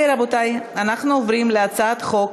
הצעת חוק